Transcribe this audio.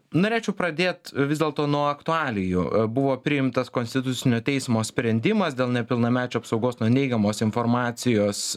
norėčiau pradėt vis dėlto nuo aktualijų buvo priimtas konstitucinio teismo sprendimas dėl nepilnamečių apsaugos nuo neigiamos informacijos